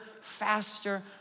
faster